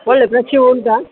ಒಳ್ಳೆ ಫ್ರೆಶ್ ಹೂ ಉಂಟಾ